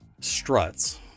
struts